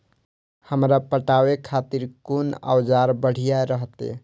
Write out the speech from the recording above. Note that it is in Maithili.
हमरा पटावे खातिर कोन औजार बढ़िया रहते?